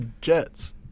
Jets